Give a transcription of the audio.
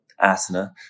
asana